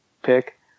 pick